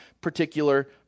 particular